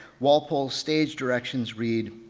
walpole stage directions read,